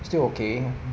still okay